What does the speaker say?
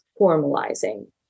formalizing